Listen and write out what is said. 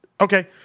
okay